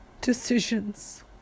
decisions